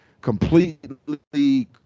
completely